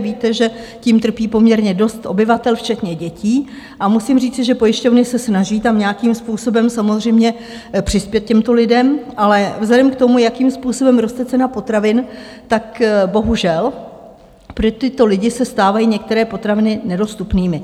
Víte, že tím trpí poměrně dost obyvatel včetně dětí, a musím říci, že pojišťovny se snaží tam nějakým způsobem samozřejmě přispět těmto lidem, ale vzhledem k tomu, jakým způsobem roste cena potravin, bohužel pro tyto lidi se stávají některé potraviny nedostupnými.